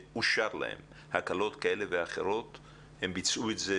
שאושרו להם הקלות כאלה ואחרות אכן ביצעו את זה